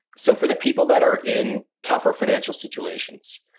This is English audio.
so for the people that are in tougher financial situations,